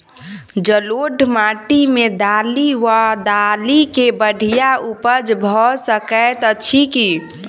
जलोढ़ माटि मे दालि वा दालि केँ बढ़िया उपज भऽ सकैत अछि की?